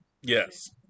yes